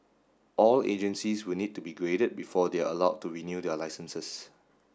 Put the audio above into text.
all agencies will need to be graded before they are allowed to renew their licences